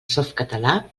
softcatalà